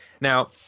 Now